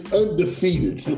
undefeated